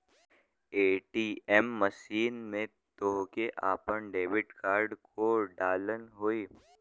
ATM machine में तोहके आपन डेबिट कार्ड को डालना होई